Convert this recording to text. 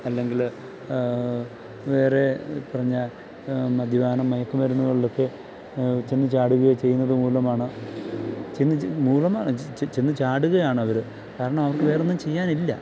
അല്ലെങ്കിൽ വേറെ പറഞ്ഞാൽ മദ്യപാനം മയക്കുമരുന്നുകളിലൊക്കെ ചെന്ന് ചാടുകയോ ചെയ്യുന്നത് മൂലമാണ് ചെന്ന് ച് മൂലമാണ് ചെന്ന് ചാടുകയാണ് അവർ കാരണം അവർക്ക് വേറെ ഒന്നും ചെയ്യാനില്ല